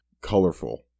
colorful